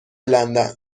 لندن